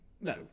no